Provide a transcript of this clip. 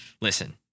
Listen